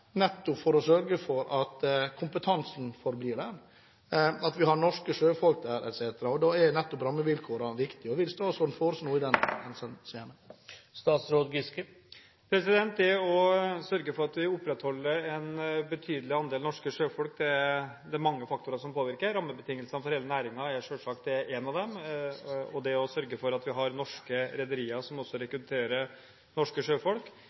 sørge for at kompetansen forblir der, at vi har norske sjøfolk der, etc.? Da er nettopp rammevilkårene viktige. Vil statsråden foreslå noe i det henseende? Det å sørge for at vi opprettholder en betydelig andel norske sjøfolk, er det mange faktorer som påvirker. Rammebetingelsene for hele næringen er selvsagt en av dem, og det å sørge for at vi har norske rederier som også rekrutterer norske sjøfolk,